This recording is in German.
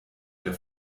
der